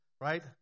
right